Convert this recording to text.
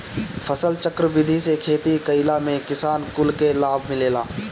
फसलचक्र विधि से खेती कईला में किसान कुल के लाभ मिलेला